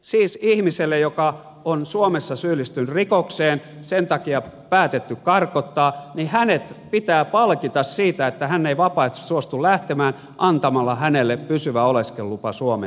siis ihmiselle joka on suomessa syyllistynyt rikokseen sen takia päätetty karkottaa niin hänet pitää palkita siitä että hän ei vapaaehtoisesti suostu lähtemään antamalla hänelle pysyvä oleskelulupa suomeen